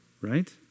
right